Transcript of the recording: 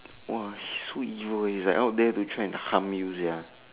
!wah! so evil is like out there to try and harm you sia